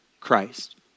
Christ